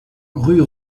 rue